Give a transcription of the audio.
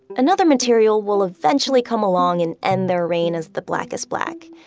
another material will eventually come along and end their reign as the blackest black.